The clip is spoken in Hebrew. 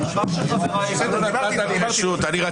נפסקה בשעה 10:53 ונתחדשה בשעה 10:58.) משהו להוסיף לפני ההצבעה,